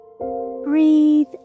breathe